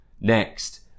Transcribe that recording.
next